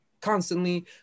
constantly